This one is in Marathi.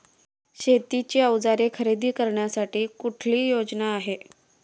शेतीची अवजारे खरेदी करण्यासाठी कुठली योजना आहे?